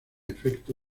efecto